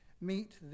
meet